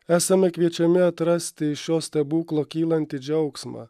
esame kviečiami atrasti iš šio stebuklo kylantį džiaugsmą